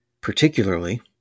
particularly